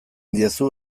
diezu